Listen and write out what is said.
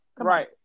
Right